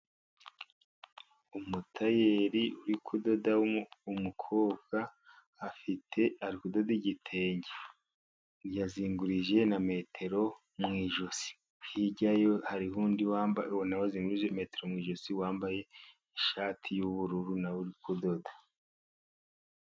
Umutayeri uri kudoda w' umukobwa, afite, ari kudodo igitenge yazingurije na metero mu ijosi. Hirya ye hariho undi na we wazingurije metero mu ijosi, wambaye ishati y'ubururu na we uri kudoda.